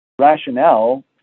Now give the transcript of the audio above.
rationale